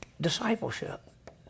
discipleship